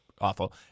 awful